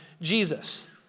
Jesus